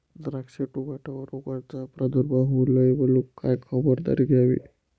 द्राक्ष, टोमॅटोवर रोगाचा प्रादुर्भाव होऊ नये म्हणून काय खबरदारी घ्यावी?